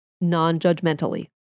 non-judgmentally